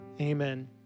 Amen